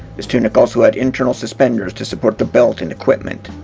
this tunic also had internal suspenders to support the belt and equipment.